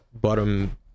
bottom